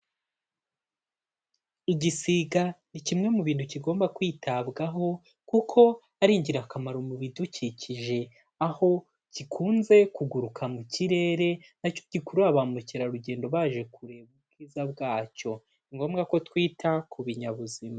Igisiga ni kimwe mu bintu kigomba kwitabwaho kuko ari ingirakamaro mu bidukikije. Aho gikunze kuguruka mu kirere nacyo gikurura ba mukerarugendo baje kureba ubwiza bwacyo. Ni ngombwa ko twita ku binyabuzima.